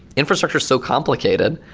infrastructure is so complicated.